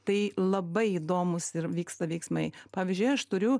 tai labai įdomūs ir vyksta veiksmai pavyzdžiui aš turiu